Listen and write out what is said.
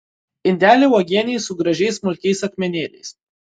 indelį uogienei su gražiais smulkiais akmenėliais